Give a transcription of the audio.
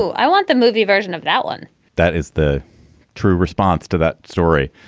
so i want the movie version of that one that is the true response to that story.